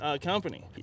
company